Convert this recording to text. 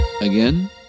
Again